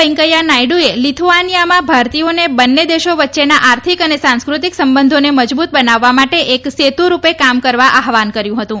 વેંકૈથા નાથડુએ લિથુઆનીથામાં ભારતીયોને બંને દેશો વચ્ચેના આર્થિક અને સાંસ્ક્રતિક સંબંધોને મજબૂત બનાવવા માટે એક પુલના રૂપે કામ કરવા આહવાન કર્યું હતું